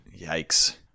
Yikes